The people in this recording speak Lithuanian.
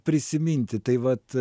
prisiminti tai vat